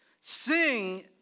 Sing